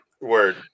Word